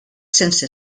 sense